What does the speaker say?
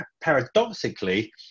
paradoxically